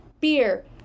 beer